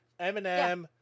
Eminem